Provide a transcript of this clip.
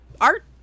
art